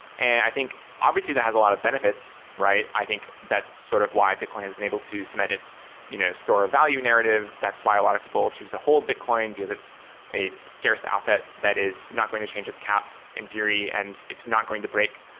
and i think obviously that has a lot of benefits, right? i think that's sort of why bitcoin has been able to submit its you know store of value narrative. that's why a lot of people choose the whole bitcoin because it's a scarce asset that is not going to change its cap in theory and it's not going to break.